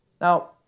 Now